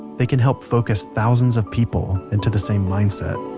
they can help focus thousands of people. into the same mindset